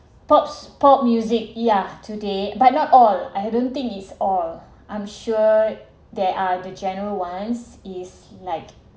pop's pop music yeah today but not all I don't think it's all I'm sure there are the general ones is like